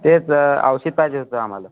तेच औषध पाहिजे होतं आम्हाला